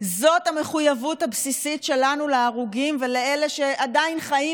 זאת המחויבות הבסיסית שלנו להרוגים ולאלה שעדיין חיים